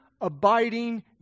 abiding